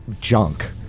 junk